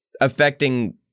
affecting